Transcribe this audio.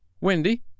Wendy